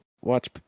watch